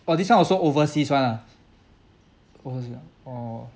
for this one also overseas [one] ah overseas ah oh